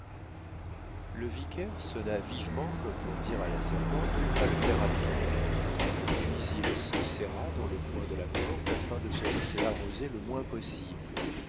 le vicaire sonna vivement comme pour dire à la servante de ne pas le faire attendre puis il se serra dans le coin de la porte afin de se laisser arroser le moins possible